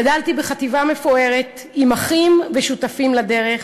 גדלתי בחטיבה מפוארת עם אחים ושותפים לדרך,